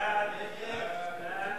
מי בעד?